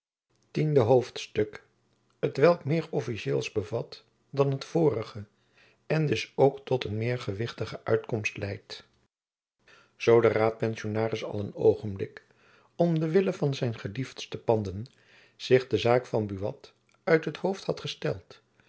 tiende hoofdstuk t welk meer officieels bevat dan het vorige en dus ook tot een meer gewichtige uitkomst leidt zoo de raadpensionaris al een oogenblik om den wille van zijn geliefdste panden zich de zaak van buat uit het hoofd had gesteld